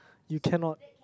you cannot